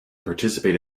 participate